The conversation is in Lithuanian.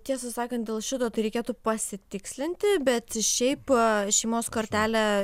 tiesą sakant dėl šito tai reikėtų pasitikslinti bet šiaip šeimos kortelė